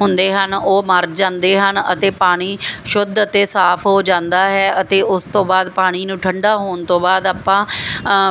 ਹੁੰਦੇ ਹਨ ਉਹ ਮਰ ਜਾਂਦੇ ਹਨ ਅਤੇ ਪਾਣੀ ਸ਼ੁੱਧ ਅਤੇ ਸਾਫ ਹੋ ਜਾਂਦਾ ਹੈ ਅਤੇ ਉਸ ਤੋਂ ਬਾਅਦ ਪਾਣੀ ਨੂੰ ਠੰਡਾ ਹੋਣ ਤੋਂ ਬਾਅਦ ਆਪਾਂ